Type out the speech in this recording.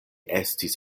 estis